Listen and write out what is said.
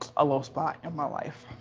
a low spot in my life.